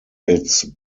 its